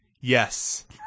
Yes